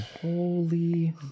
Holy